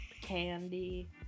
candy